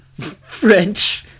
French